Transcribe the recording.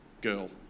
girl